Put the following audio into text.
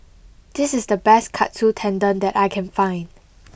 this is the best Katsu Tendon that I can find